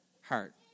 heart